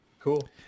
Cool